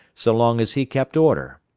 so long as he kept order.